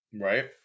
Right